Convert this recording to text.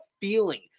feeling